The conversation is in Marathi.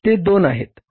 ते दोन आहेत